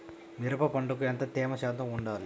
మిరప పంటకు ఎంత తేమ శాతం వుండాలి?